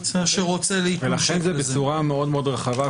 ולכן זה בצורה מאוד רחבה.